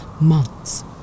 months